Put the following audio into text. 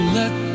let